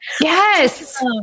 Yes